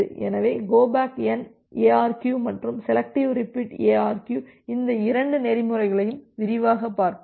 எனவே go back N ARQ மற்றும் selective repeat ARQ இந்த இரண்டு நெறிமுறைகளையும் விரிவாகப் பார்ப்போம்